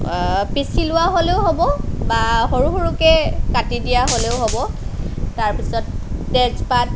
পিচি লোৱা হ'লেও হ'ব বা সৰু সৰুকৈ কাটি দিয়া হ'লেও হ'ব তাৰপিছত তেজপাত